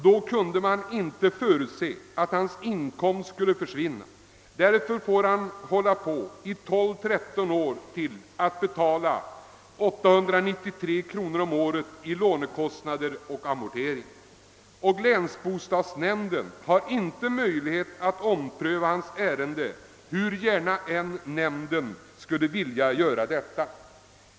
Då kunde man inte förutse att hans inkomst skulle försvinna. Därför får han under ytterligare tolv—tretton år fortsätta med att betala 893 kronor om året i lånekostnader och amortering. Länsbostadsnämnden har inte möjlighet att ompröva hans ärende, hur gärna nämnden än skulle vilja göra det.